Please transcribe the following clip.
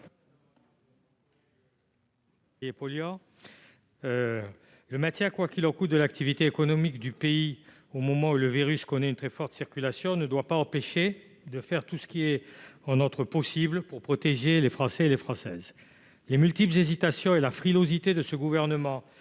Le maintien « quoi qu'il en coûte » de l'activité économique du pays au moment où le virus connaît une très forte circulation de doit pas nous empêcher de faire tout ce que nous pouvons pour protéger les Françaises et les Français. Les multiples hésitations et la frilosité du Gouvernement